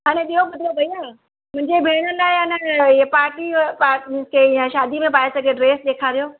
हाणे ॿियो ॾेखारियो भैया मुंहिंजे भेण लाइ अइन हीअं पार्टी में शादी में पाए सघे ड्रेस ॾेखारियो